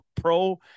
pro